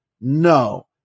No